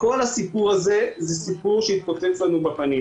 וכל הסיפור הזה זה סיפור שיתפוצץ לנו בפנים.